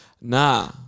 Nah